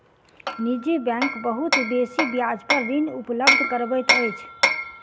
निजी बैंक बहुत बेसी ब्याज पर ऋण उपलब्ध करबैत अछि